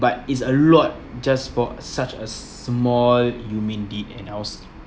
but it's a lot just for such as small humane deed and I was